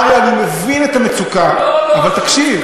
אריה, אני מבין את המצוקה, אבל תקשיב.